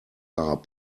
are